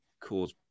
cause